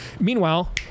Meanwhile